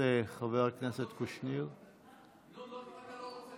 חבר הכנסת פינדרוס, בבקשה.